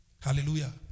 Hallelujah